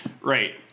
right